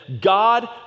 God